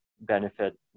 benefit